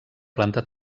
planta